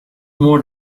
more